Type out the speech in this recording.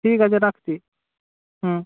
ঠিক আছে রাখছি হুম